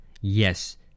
Yes